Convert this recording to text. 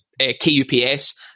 KUPS